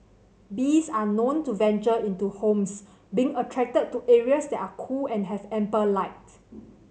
bees are known to venture into homes being attracted to areas that are cool and have ample light